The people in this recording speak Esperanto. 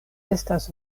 estas